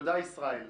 תודה, ישראל.